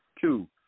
Two